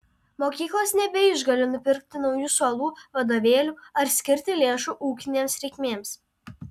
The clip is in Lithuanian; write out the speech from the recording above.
mokyklos nebeišgali nupirkti naujų suolų vadovėlių ar skirti lėšų ūkinėms reikmėms